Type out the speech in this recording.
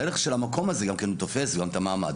הערך של המקום הזה תופס גם את המעמד.